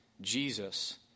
Jesus